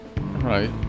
Right